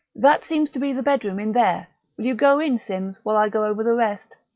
that seems to be the bedroom in there will you go in, simms, while i go over the rest.